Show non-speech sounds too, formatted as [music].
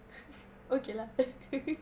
[laughs] okay lah [laughs]